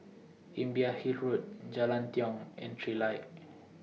Imbiah Hill Road Jalan Tiong and Trilight